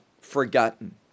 forgotten